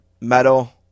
metal